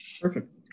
Perfect